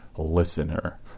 Listener